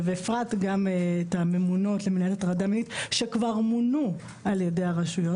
בפרט גם את הממונות למניעת הטרדה מינית שכבר מונו על-ידי הרשויות.